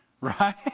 Right